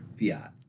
Fiat